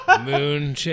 moon